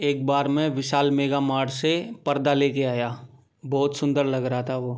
एक बार मैं विशाल मेगा मार्ट से पर्दा ले कर आया बहुत सुंदर लग रहा था वह